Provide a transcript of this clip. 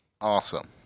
Awesome